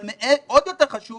אבל עוד יותר חשוב